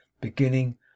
beginning